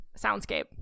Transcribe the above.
soundscape